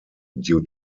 due